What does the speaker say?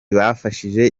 bafashije